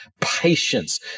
patience